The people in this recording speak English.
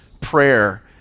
prayer